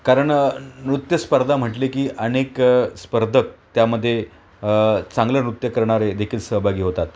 कारण नृत्यस्पर्धा म्हटली की अनेक स्पर्धक त्यामध्ये चांगलं नृत्य करणारे देखील सहभागी होतात